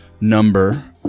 number